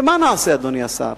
מה נעשה, אדוני השר?